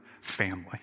family